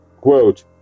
Quote